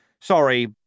Sorry